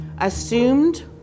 assumed